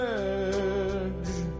edge